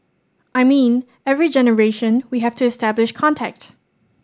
I mean every generation we have to establish contact